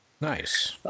Nice